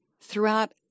throughout